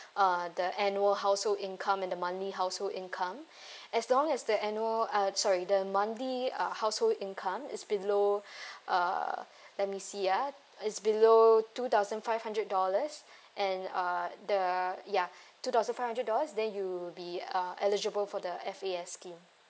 uh the annual household income and the monthly household income as long as the annual uh sorry the monthly uh household income is below uh let me see ah it's below two thousand five hundred dollars and uh the yeah two thousand five hundred dollars then you will be uh eligible for the F_A_S scheme